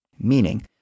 Meaning